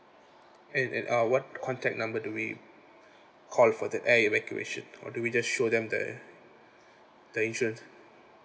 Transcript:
and and uh what contact number do we call for the air evacuation or do we just show them the the insurance